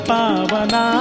Pavana